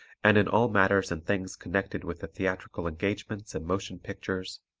and in all matters and things connected with the theatrical engagements and motion pictures,